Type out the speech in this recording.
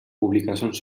publicacions